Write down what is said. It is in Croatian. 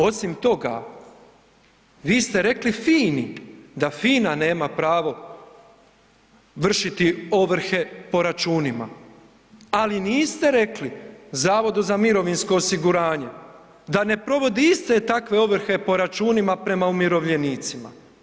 Osim toga, vi ste rekli FINA-i da FINA nema pravo vršiti ovrhe po računima, ali niste rekli Zavodu za mirovinsko osiguranje da ne provodi iste takve ovrhe po računima prema umirovljenicima.